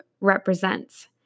represents